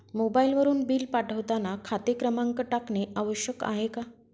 मोबाईलवरून बिल पाठवताना खाते क्रमांक टाकणे आवश्यक आहे का?